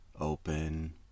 open